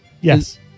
Yes